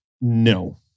No